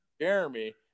Jeremy